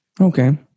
Okay